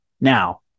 Now